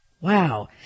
Wow